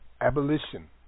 Abolition